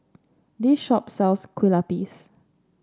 this shop sells Kue Lupis